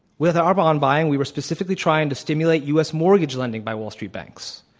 with our bond buying, we were specifically trying to stimulate u. s. mortgage lending by wall street banks.